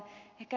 ehkä ed